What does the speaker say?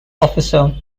officer